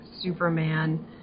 Superman